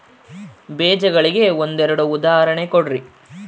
ಬೇಜಗಳಿಗೆ ಒಂದೆರಡು ಉದಾಹರಣೆ ಕೊಡ್ರಿ?